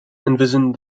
envisioned